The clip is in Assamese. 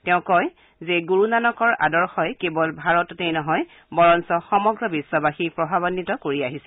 তেওঁ আৰু কয় যে গুৰুনানকৰ আদশই কেৱল ভাৰতকে নহয় বৰঞ্চ সমগ্ৰ বিশ্ববাসীক প্ৰভাৱান্বিত কিৰিছিল